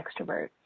extrovert